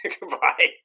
Goodbye